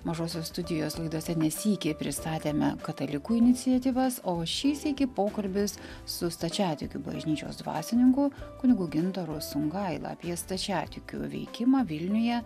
mažosios studijos laidose ne sykį pristatėme katalikų iniciatyvas o šį sykį pokalbis su stačiatikių bažnyčios dvasininku kunigu gintaru songaila apie stačiatikių veikimą vilniuje